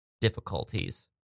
difficulties